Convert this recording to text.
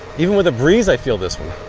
even with a breeze i feel this.